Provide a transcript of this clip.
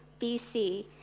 BC